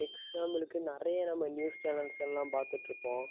எக்ஸாம்பிளுக்கு நிறைய நம்ம நியூஸ் சேனல்ஸ் எல்லாம் பார்த்துட்ருப்போம்